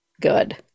good